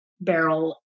barrel